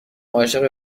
عاشق